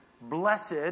Blessed